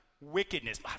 wickedness